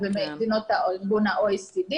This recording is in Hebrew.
ואלה מדינות בארגון ה-OECD,